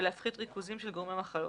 ולהפחית ריכוזים של גורמי מחלות.